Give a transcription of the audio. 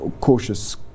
cautious